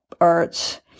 arts